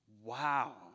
Wow